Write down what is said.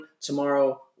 tomorrow